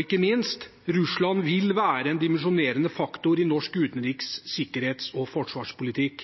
ikke minst – Russland vil være en dimensjonerende faktor i norsk utenriks-, sikkerhets- og forsvarspolitikk.